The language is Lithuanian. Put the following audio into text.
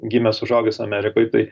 gimęs užaugęs amerikoj tai